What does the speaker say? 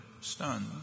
stunned